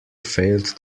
failed